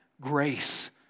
grace